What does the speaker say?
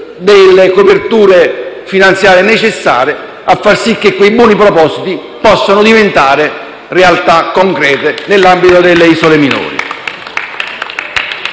delle coperture finanziarie necessarie a far sì che quei buoni propositi possano diventare realtà concrete nell'ambito delle isole minori.